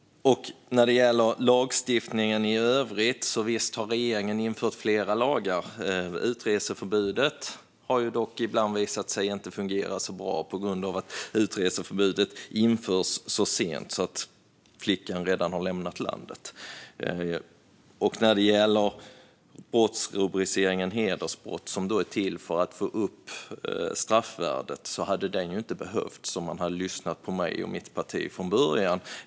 När det gäller lagstiftningen i övrigt: Visst har regeringen infört flera lagar! Utreseförbudet har dock visat sig inte alltid fungera så bra, på grund av att det utfärdas så sent att flickan redan har lämnat landet. När det gäller brottsrubriceringen hedersbrott, som är till för att få upp straffvärdet, hade den ju inte behövts om man hade lyssnat på mig och mitt parti från början.